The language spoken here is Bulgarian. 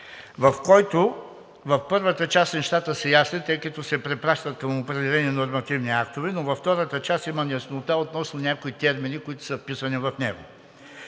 9, като в първата му част нещата са ясни, тъй като се препращат към определени нормативни актове, но във втората част има неяснота относно някои термини, които са вписани в него.